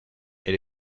elle